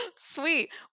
Sweet